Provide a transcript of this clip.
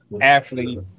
athlete